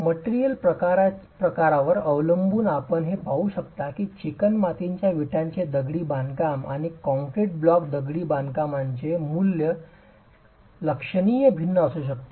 मटेरियलच्या प्रकारावर अवलंबून आपण हे पाहू शकता की चिकणमातीच्या विटांचे दगडी बांधकाम आणि कॉंक्रीट ब्लॉक दगडी बांधकामाचे मूल्य लक्षणीय भिन्न असू शकते